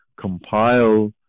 compile